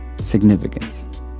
significance